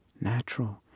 natural